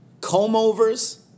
comb-overs